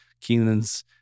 Keenan's